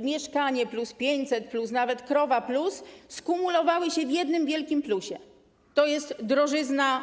„Mieszkanie+”, 500+, nawet krowa+, skumulowały się w jednym wielkim plusie - to jest drożyzna+.